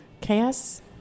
Chaos